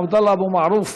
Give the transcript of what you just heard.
עבדאללה אבו מערוף,